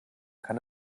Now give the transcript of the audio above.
kann